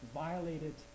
violated